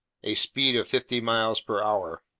a speed of fifty miles per hour.